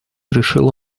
решила